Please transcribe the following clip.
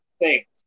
thanks